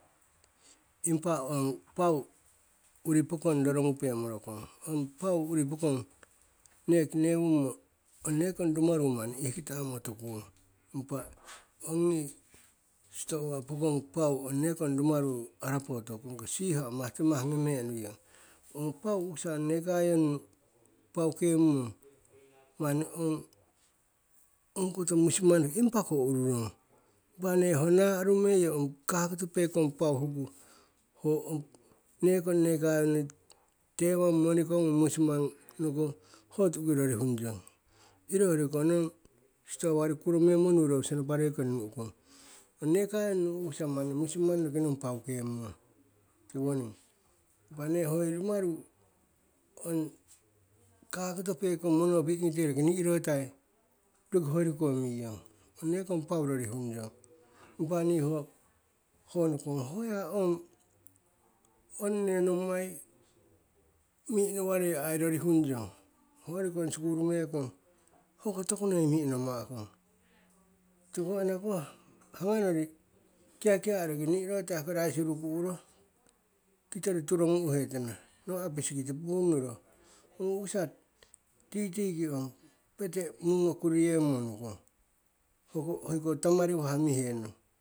Impa ong pau, uri pokong rorogupe morokong. Ong pau uri pokong neki newungmo ong nekong rumaru manni ihkita'amo tukung. Impa ongi stoa pokong pau, ong nekong rumaru arapo tokong, ongko siho amahtimah ngeme'e nuiyong. Ong pau u'ukisa neka yonnu paukem mong manni ong, ongkoto musimang impa ko ururong. Impa nne ong na'aru meiyo ong kakoto pekong pau ho ong nekong nekanoyu nu tewamong moniko ngung musimang noko, ho tu'uki rorihung yong. Iro hoyoriko nong stoa kori kuromemmo nudols naparei kori nu'ukong. Ong nekanyonu u'ukisa manni musimang noki nong paukem mong, tiwoning. Impa nne hoyori rumaru, ong, kakato pekong mono'opi'i ngite roki ni'iro tai roki hoyori ko nuiyong. Ong, nekong pau rorihung yong, impa nne hoko, ho nokonong hoya ong, ong nne nommai mi'inowarei ai rorihung yong. Hoyori ko sikuli me'ekong, hoko tokunoi mi'inoma'a kong. Tiko anakoh haganori kiakia'a roki ni'irotai hoko raisi ruku'uro, kitori turogu'u hetana nawa'a biskiti punnuro. Ong u'ukisa titiki ong pete'e kuriyemo nukong, hoko hoiko tamariwah mihenong.